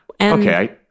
okay